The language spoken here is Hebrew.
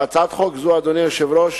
להצעת חוק זו, אדוני היושב-ראש,